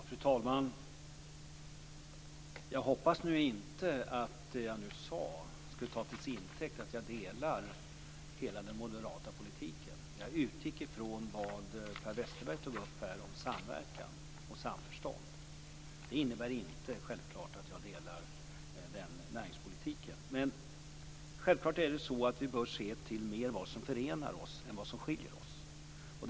Fru talman! Jag hoppas att inte det som jag nu sade skall tas till intäkt för att jag delar hela den moderata politiken. Jag utgick från vad Per Westerberg tog upp om samverkan och samförstånd. Det innebär självklart inte att jag delar den näringspolitiken. Självfallet bör vi se mer till vad som förenar oss än till vad som skiljer oss.